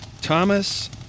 Thomas